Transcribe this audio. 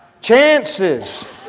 Chances